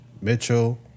Mitchell